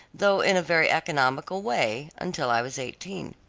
though in a very economical way, until i was eighteen.